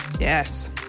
Yes